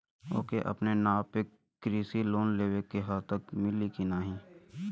ओके अपने नाव पे कृषि लोन लेवे के हव मिली की ना ही?